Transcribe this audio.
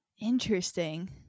interesting